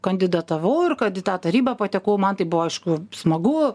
kandidatavau ir kad į tą tarybą patekau man tai buvo aišku smagu